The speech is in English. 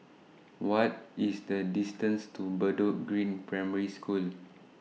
What IS The distance to Bedok Green Primary School